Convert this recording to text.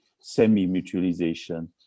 semi-mutualization